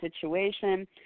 situation